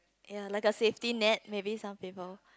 ya like a safety net maybe some people